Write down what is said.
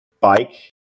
bike